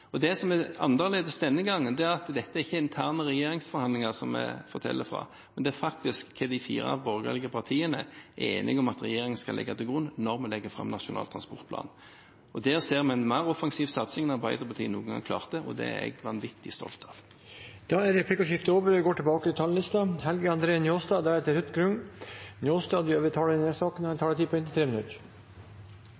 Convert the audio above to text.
Det som er annerledes denne gangen, er at det ikke er interne regjeringsforhandlinger vi forteller fra, men hva de fire borgerlige partiene er enige om at regjeringen skal legge til grunn når vi legger fram Nasjonal transportplan. Der ser vi en mer offensiv satsing enn Arbeiderpartiet noen gang klarte, og det er jeg vanvittig stolt av. Replikkordskiftet er over.